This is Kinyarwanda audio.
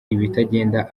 ibitagenda